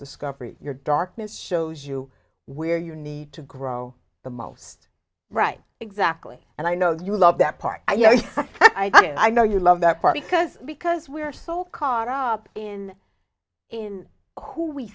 discovery your darkness shows you where you need to grow the most right exactly and i know you love that part i know you love that part because because we are so car up in in who we